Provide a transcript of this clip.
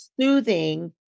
soothing